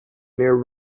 near